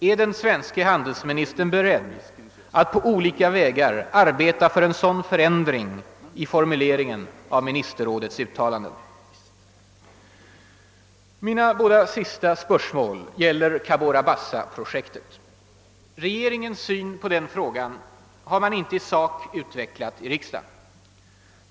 Är (den svenske handelsministern beredd att på olika vägar arbeta för en sådan förändring i formuleringen av ministerrådets uttalanden. Mina båda sista spörsmål gällde Cabora Bassa-projektet. Regeringen har inte i sak utvecklat sin syn på den frågan här i riksdagen.